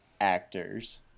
actors